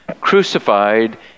crucified